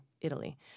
Italy